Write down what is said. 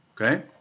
okay